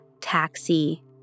taxi